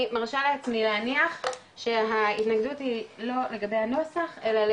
אני מרשה לעצמי להניח ההתנגדות היא לא לגבי הנוסח אלא,